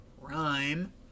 rhyme